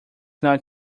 not